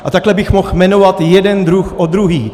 A takhle bych mohl jmenovat jeden druh za druhým.